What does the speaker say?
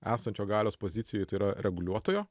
esančio galios pozicijoj tai yra reguliuotojo